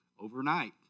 overnight